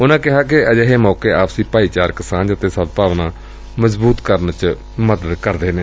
ਉਨੂਾ ਕਿਹਾ ਕਿ ਅਜਿਹੇ ਮੌਕੇ ਆਪਸੀ ਭਾਈਚਾਰਕ ਸਾਂਝ ਅਤੇ ਸਦਭਾਵਨਾ ਮਜਬੂਤ ਕਰਨ ਚ ਮਦਦ ਕਰਦੇ ਨੇ